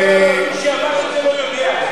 מי שאמר את זה לא יודע.